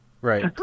Right